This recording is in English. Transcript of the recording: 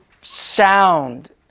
sound